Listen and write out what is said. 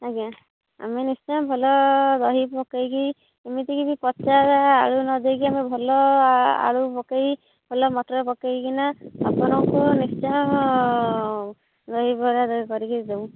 ଆଜ୍ଞା ଆମେ ନିଶ୍ଚୟ ଭଲ ଦହି ପକାଇକି ଏମିତି କିଛି ପଚା ଆଳୁ ନଦେଇକି ଆମେ ଭଲ ଆଳୁ ପକେଇ ଭଲ ମଟର ପକାଇକି ନା ଆପଣଙ୍କୁ ନିଶ୍ଚୟ ଦହିବରା କରିକି ଦେବୁ